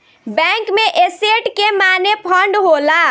bank में asset के माने फंड होला